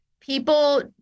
people